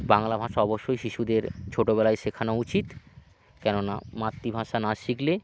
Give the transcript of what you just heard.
বাংলা ভাষা অবশ্যই শিশুদের ছোটোবেলায় শেখানো উচিত কেননা মাতৃভাষা না শিখলে